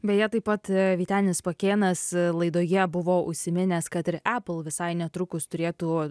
beje taip pat vytenis pakėnas laidoje buvo užsiminęs kad ir apple visai netrukus turėtų